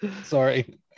Sorry